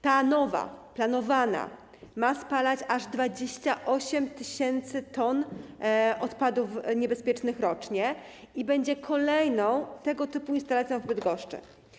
Ta nowa, planowana ma spalać aż 28 tys. t odpadów niebezpiecznych rocznie i będzie kolejną tego typu instalacją w Bydgoszczy.